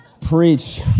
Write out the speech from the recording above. Preach